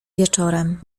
wieczorem